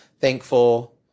thankful